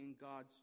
God's